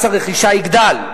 מס הרכישה יגדל,